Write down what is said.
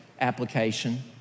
application